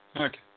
Okay